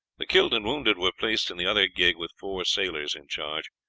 the killed and wounded were placed in the other gig with four sailors in charge.